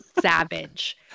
savage